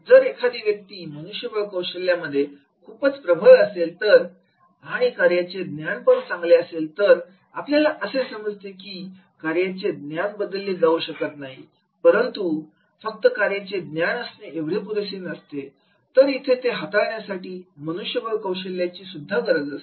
जर एखादी व्यक्ती मनुष्यबळ कौशल्यांमध्ये खुपच प्रबळ असेल तर आणि कार्याचे ज्ञान पण चांगले असेल तर आपल्याला असे समजते की कार्याचे ज्ञान बदलले जाऊ शकत नाही परंतु तू फक्त कार्याचे ज्ञान असणे एवढेच पुरेसे नसते तर इथे ते हाताळण्यासाठी मनुष्यबळ कौशल्याची सुद्धा गरज असते